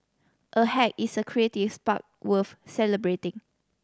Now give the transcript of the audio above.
a hack is a creative spark worth celebrating